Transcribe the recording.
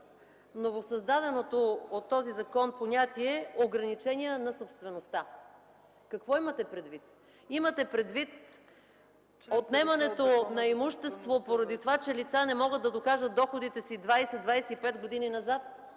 новосъздаденото от закона понятие „ограничение на собствеността”? Какво имате предвид? Имате предвид отнемането на имущество поради това, че лица не могат да докажат доходите си 20-25 години назад;